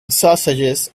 sausages